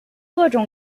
各种